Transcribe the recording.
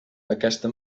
aquesta